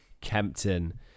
Kempton